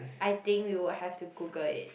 I think we will have to Google it